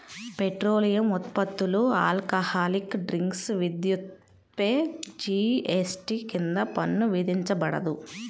petroleum ఉత్పత్తులు, alcoholic drinks, విద్యుత్పై GST కింద పన్ను విధించబడదు